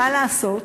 מה לעשות,